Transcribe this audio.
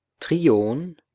trion